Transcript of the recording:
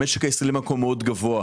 המשק הישראלי במקום מאוד גבוה,